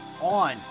on